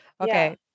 Okay